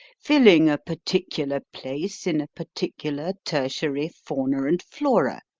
filling a particular place in a particular tertiary fauna and flora,